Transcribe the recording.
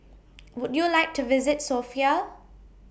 Would YOU like to visit Sofia